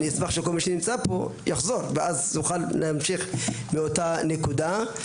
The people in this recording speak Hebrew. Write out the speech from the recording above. אני אשמח שכל מי שנמצא פה יחזור ואז נוכל להמשיך מאותה נקודה.